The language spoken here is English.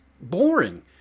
boring